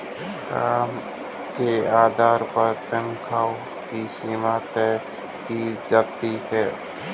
काम के आधार पर तन्ख्वाह की सीमा तय की जाती है